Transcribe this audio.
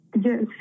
Yes